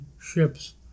ships